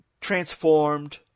transformed